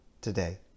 today